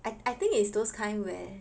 I I think is those kind where